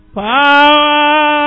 power